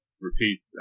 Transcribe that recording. repeat